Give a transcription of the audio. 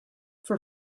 for